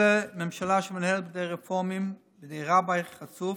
ממשלה שמנוהלת בידי רפורמים, בידי רביי חצוף,